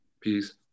Peace